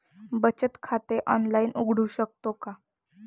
बचत खाते ऑनलाइन उघडू शकतो का?